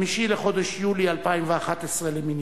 5 בחודש יולי 2011 למניינם.